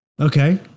Okay